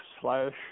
slash